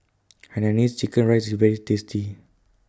Hainanese Chicken Rice IS very tasty